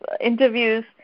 interviews